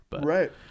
Right